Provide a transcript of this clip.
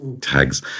tags